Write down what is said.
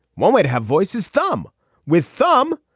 one way to have voice is thumb with thumb.